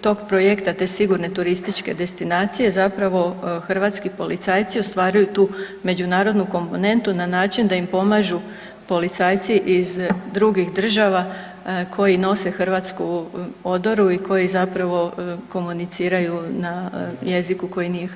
tog projekta, te sigurne turističke destinacije zapravo hrvatski policajci ostvaruju tu međunarodnu komponentu na način da im pomažu policajci iz drugih država koji nose hrvatsku odoru i koji zapravo komuniciraju na jeziku koji nije hrvatski.